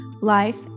life